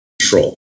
control